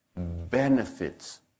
benefits